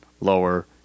lower